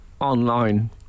online